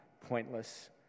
pointless